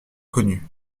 connu